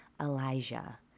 Elijah